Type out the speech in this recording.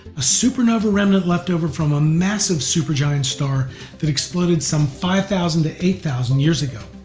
a supernova remnant left over from a massive supergiant star that exploded some five thousand to eight thousand years ago.